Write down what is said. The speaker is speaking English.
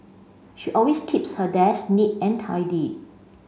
she always keeps her desk neat and tidy